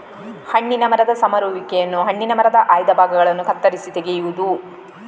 ಹಣ್ಣಿನ ಮರದ ಸಮರುವಿಕೆಯನ್ನು ಹಣ್ಣಿನ ಮರದ ಆಯ್ದ ಭಾಗಗಳನ್ನು ಕತ್ತರಿಸಿ ತೆಗೆಯುವುದು